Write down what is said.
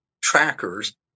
trackers